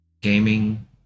gaming